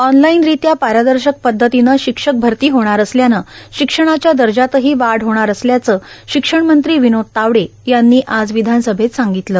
ऑनलाईर्नारत्या पारदशक पद्धतीनं शिक्षकभरती होणार असल्यानं शिक्षणाच्या दजातहां वाढ होणार असल्याचं र्शिक्षणमंत्री र्वनोद तावडे यांनी आज र्वधानसभेत सांगगतलं